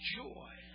joy